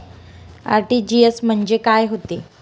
RTGS म्हंजे काय होते?